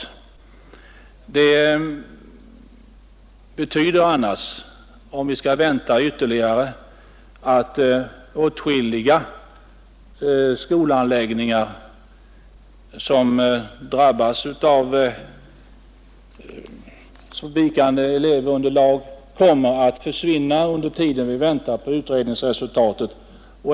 I annat fall kommer åtskilliga skolanläggningar, som drabbas av vikande elevunderlag, att försvinna under tiden vi väntar på utredningsresultatet.